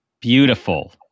Beautiful